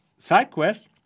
SideQuest